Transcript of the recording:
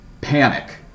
panic